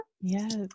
Yes